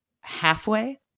halfway